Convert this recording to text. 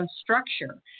structure